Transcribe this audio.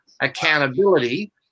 accountability